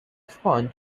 sponge